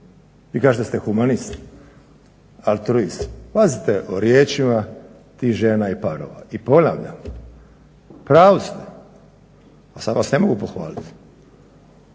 Vi kažete da ste humanist, altruist. Pazite o riječima tih žena i parova. I ponavljam, u pravu ste samo vas ne mogu pohvaliti.